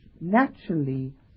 naturally